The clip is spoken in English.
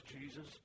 Jesus